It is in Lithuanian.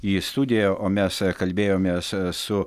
į studiją o mes kalbėjomės su